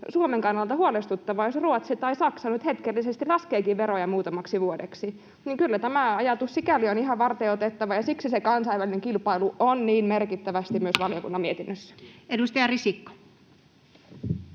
Suomen kannalta huolestuttavaa, jos Ruotsi tai Saksa nyt hetkellisesti laskeekin veroja muutamaksi vuodeksi, niin kyllä tämä ajatus sikäli on ihan varteenotettava ja siksi se kansainvälinen kilpailu on niin merkittävästi myös valiokunnan mietinnössä. [Speech 88]